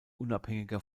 unabhängiger